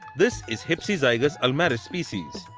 this is hypsizygus ulmarius species.